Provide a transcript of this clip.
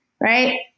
right